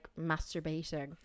masturbating